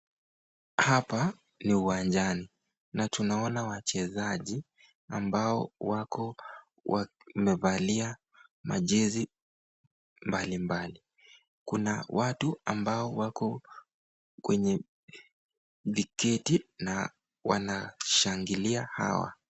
Hapa ni uwanjani na tunaona wachezaji ambao wako wamevalia majezi mbali mbali kuna watu ambao wako kwenye viketi na wanashangilia hawa.